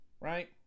right